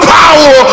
power